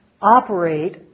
operate